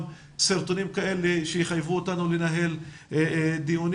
סרטונים כאלה שיחייבו אותנו לנהל דיונים.